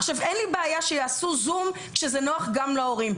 אין לי בעיה שיעשו זום כשזה נוח להורים,